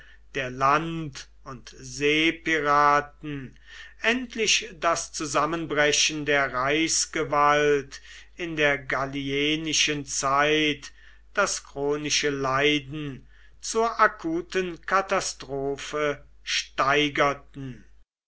der land und seepiraten endlich das zusammenbrechen der reichsgewalt in der gallienischen zeit das chronische leiden zur akuten katastrophe steigerten